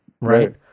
Right